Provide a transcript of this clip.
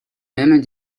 mêmes